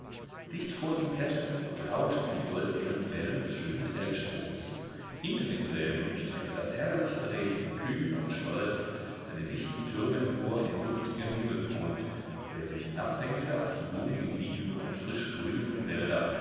dicht vor ihm plätscherten und rauschten die goldgelben wellen des schönen elbstroms hinter demselben streckte das herrliche dresden kühn und stolz seine lichten türme empor in den duftigen himmelsgrund der sich hinabsenkte auf die blumigen wiesen und frisch grünenden wälder